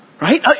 Right